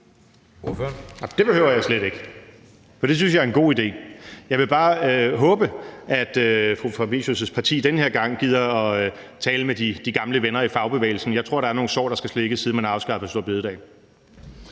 det behøver jeg slet ikke, for det synes jeg er en god idé. Jeg vil bare håbe, at fru Camilla Fabricius' parti den her gang gider at tale med de gamle venner i fagbevægelsen. Jeg tror, der er nogle sår, der skal slikkes, siden man afskaffede store bededag.